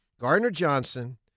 Gardner-Johnson